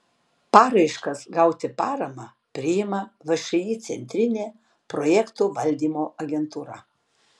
paraiškas gauti paramą priima všį centrinė projektų valdymo agentūra